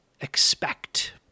expect